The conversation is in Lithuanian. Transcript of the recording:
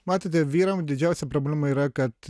matote vyram didžiausia problema yra kad